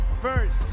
first